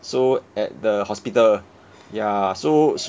so at the hospital ya so